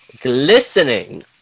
Glistening